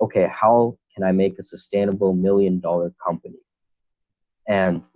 okay, how can i make a sustainable million dollar company and